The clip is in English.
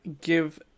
give